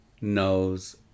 knows